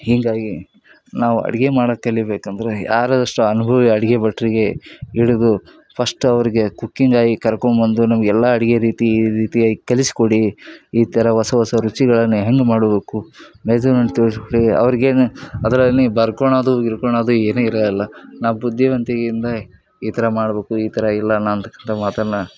ಹೀಗಾಗಿ ನಾವು ಅಡುಗೆ ಮಾಡೋದ್ ಕಲಿಬೇಕಂದರೆ ಯಾರಷ್ಟು ಅನುಭವಿ ಅಡುಗೆ ಭಟ್ಟರಿಗೆ ಹಿಡದು ಫಶ್ಟ್ ಅವ್ರಿಗೆ ಕುಕ್ಕಿಂಗ್ ಆಗಿ ಕರ್ಕೊಂಡ್ಬಂದು ನಾವು ಎಲ್ಲ ಅಡುಗೆ ರೀತಿ ಈ ರೀತಿಯಾಗಿ ಕಲಿಸಿಕೊಡಿ ಈ ಥರ ಹೊಸ ಹೊಸ ರುಚಿಗಳನ್ನು ಹೆಂಗೆ ಮಾಡ್ಬೇಕು ಮೇಝರ್ಮೆಂಟ್ ತೋರಿಸಿಕೊಡಿ ಅವರಿಗೇನು ಅದರಲ್ಲಿ ಬರ್ಕೊಳದು ಗಿರ್ಕೊಳದು ಏನು ಇರೋಲ್ಲ ನಾವು ಬುದ್ಧಿವಂತಿಕೆಯಿಂದ ಈ ಥರ ಮಾಡಬೇಕು ಈ ಥರ ಇಲ್ಲ ಅನ್ತಕ್ಕಂಥ ಮಾತನ್ನು